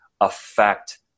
affect